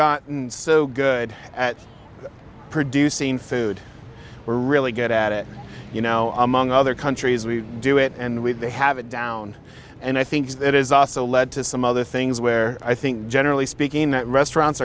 gotten so good at producing food we're really good at it you know among other countries we do it and we have it down and i think it is also led to some other things where i think generally speaking that restaurants